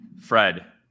Fred